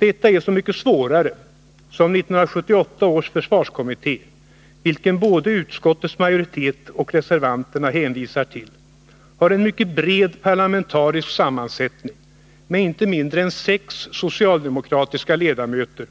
Detta är så mycket svårare som 1978 års försvarskommitté, vilken både utskottets majoritet och reservanterna hänvisar till, har en mycket bred parlamentarisk sammansättning med inte mindre än sex socialdemokratiska ledamöter,